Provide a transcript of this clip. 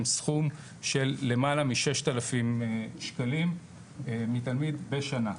סכום של למעלה מ-6,000 שקלים מתלמיד בשנה.